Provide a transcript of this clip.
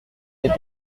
les